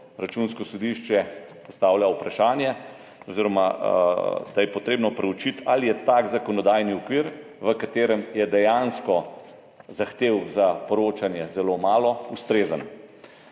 Računsko sodišče postavlja vprašanje oziroma [navaja,] da je potrebno preučiti, ali je tak zakonodajni okvir, v katerem je dejansko zahtev za poročanje zelo malo, ustrezen?